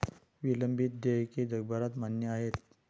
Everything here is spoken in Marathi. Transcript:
विलंबित देयके जगभरात मान्य आहेत